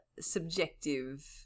subjective